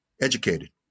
educated